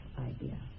idea